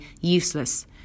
useless